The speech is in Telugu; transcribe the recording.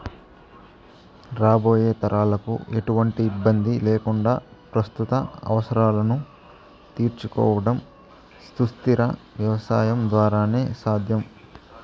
రాబోయే తరాలకు ఎటువంటి ఇబ్బంది లేకుండా ప్రస్తుత అవసరాలను తీర్చుకోవడం సుస్థిర వ్యవసాయం ద్వారానే సాధ్యం